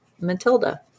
Matilda